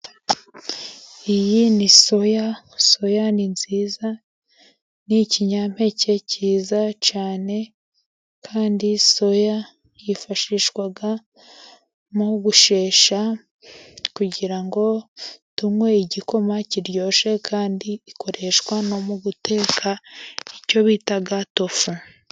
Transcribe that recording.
Iyi ni soya, soya ni nziza ni ikinyampeke cyiza cyane, kandi soya hifashishwa mu gushesha kugirango tunywe igikoma kiryoshye, kandi ikoreshwa no mu guteka icyo bita tofu